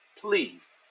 please